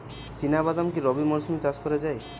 চিনা বাদাম কি রবি মরশুমে চাষ করা যায়?